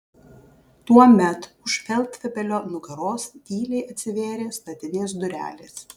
tuomet už feldfebelio nugaros tyliai atsivėrė statinės durelės